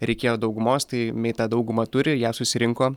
reikėjo daugumos tai mei tą daugumą turi ją susirinko